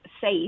safe